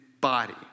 body